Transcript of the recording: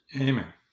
Amen